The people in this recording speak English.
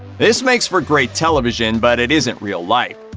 this makes for great television, but it isn't real life.